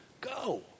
go